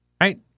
right